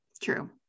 True